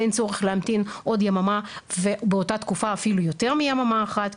אין צורך להמתין עוד יממה ובאותה תקופה אפילו יותר מיממה אחת.